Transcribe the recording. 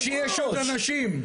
מפני שיש עוד אנשים.